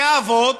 בתי האבות,